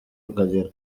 akagera